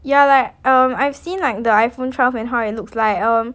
ya like um I've seen like the iPhone twelve and how it looks like um